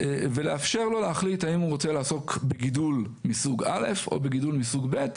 ולאפשר לו להחליט האם הוא רוצה לעסוק בגידול מסוג א' או בגידול מסוג ב',